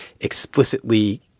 explicitly